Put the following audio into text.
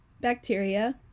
bacteria